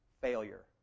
Failure